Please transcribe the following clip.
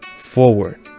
forward